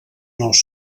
nous